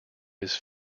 his